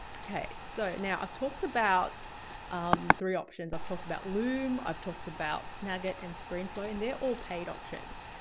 okay. so now i've talked about um three options. i've talked about loom, i've talked about snagit and screenflow and they're all paid options,